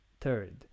Third